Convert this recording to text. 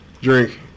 drink